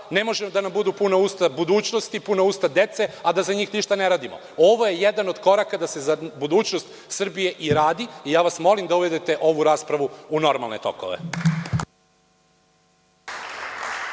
Ne mogu da nam budu puna usta budućnosti, puna usta dece, a da za njih ništa ne radimo. Ovo je jedan od koraka da se za budućnost Srbije i radi i molim vas da uvedete ovu raspravu u normalne tokove.